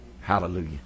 Hallelujah